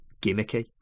gimmicky